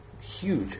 huge